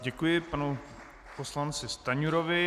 Děkuji panu poslanci Stanjurovi.